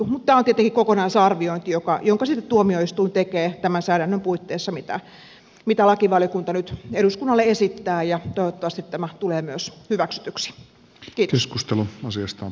mutta tämä on tietenkin kokonaisarviointi jonka sitten tuomioistuin tekee tämän säädännön puitteissa mitä lakivaliokunta nyt eduskunnalle esittää ja toivottavasti tämä tulee myös hyväksytyksi heti keskustelu asiasta on